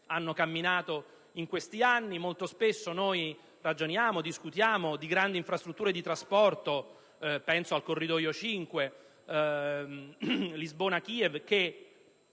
hanno camminato in questi anni. Molto spesso ragioniamo e discutiamo di grandi infrastrutture di trasporto (penso al corridoio 5, Lisbona-Kiev), che